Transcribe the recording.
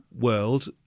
world